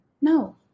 no